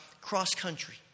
cross-country